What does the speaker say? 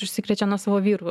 užsikrečia nuo savo vyrų